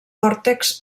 còrtex